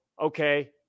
okay